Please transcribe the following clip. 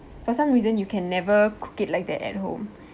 for some reason you can never cook it like that at home